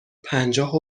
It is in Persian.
پنجاه